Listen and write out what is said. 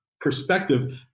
perspective